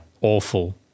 awful